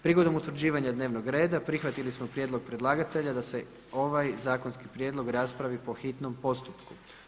Prigodom utvrđivanja dnevnog reda prihvatili smo prijedlog predlagatelja da se ovaj zakonski prijedlog raspravi po hitnom postupku.